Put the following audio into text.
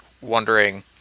Wondering